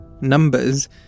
Numbers